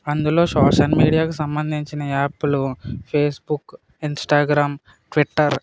అందులో సోషల్ మీడియాకు సంబంధించిన యాప్లు ఫేసుబుక్ ఇంస్టాగ్రామ్ ట్విట్టర్